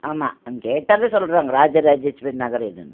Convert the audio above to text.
ஆமா அங்கே கேட்டால் சொல்கிறாங்க ராஜராஜேஸ்வரி நகர் எதுன்னு